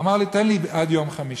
הוא אמר לי: תן לי עד יום חמישי.